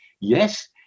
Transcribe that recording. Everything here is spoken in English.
Yes